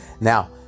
Now